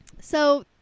So-